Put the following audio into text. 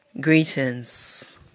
Greetings